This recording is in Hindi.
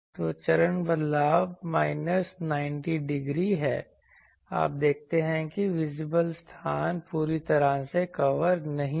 तो चरण बदलाव माइनस 90 डिग्री है आप देखते हैं कि विजिबल स्थान पूरी तरह से कवर नहीं है